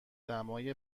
دمای